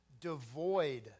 devoid